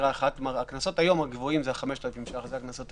הקנסות הגבוהים היום הם 5,000 ₪.